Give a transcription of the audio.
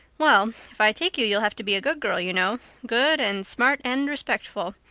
well, if i take you you'll have to be a good girl, you know good and smart and respectful.